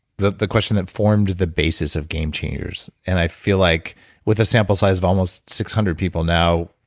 the the question that formed the basis of game changers. and i feel like with a sample size of almost six hundred people now,